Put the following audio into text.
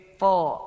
four